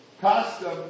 custom